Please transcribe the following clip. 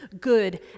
good